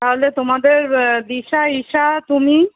তাহলে তোমাদের দিশা ইশা তুমি